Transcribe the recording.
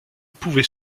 pouvait